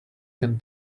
can